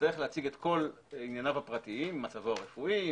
יצטרך להציג את כל ענייניו הפרטיים - מצבו הרפואי,